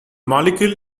molecule